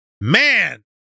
man